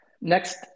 Next